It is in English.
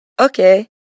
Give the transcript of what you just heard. Okay